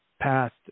past